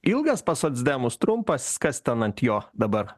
ilgas pas socdemus trumpas kas ten ant jo dabar